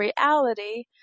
reality